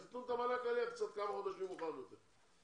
אז ייתנו את מענק העלייה כמה חודשים מאוחר יותר.